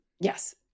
Yes